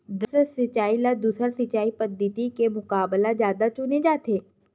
द्रप्स सिंचाई ला दूसर सिंचाई पद्धिति के मुकाबला जादा चुने जाथे